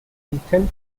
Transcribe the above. intent